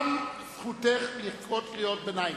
תמה זכותך לקרוא קריאות ביניים.